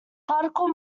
particle